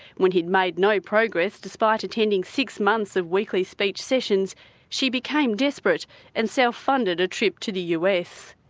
when he'd made no progress despite attending six months of weekly speech sessions she became desperate and self-funded a trip to the us.